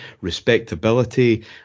respectability